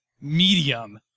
medium